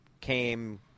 came